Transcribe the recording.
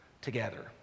together